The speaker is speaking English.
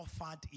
offered